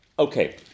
Okay